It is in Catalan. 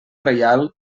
reial